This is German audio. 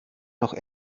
noch